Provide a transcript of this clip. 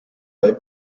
bei